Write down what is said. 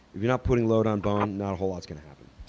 if you're not putting load on bone, not a whole lot is gonna happen.